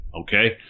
Okay